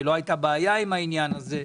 שלא הייתה בעיה בעניין הזה,